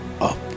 up